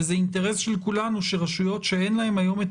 וזה אינטרס של כולנו שרשויות שאין להן היום את